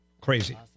crazy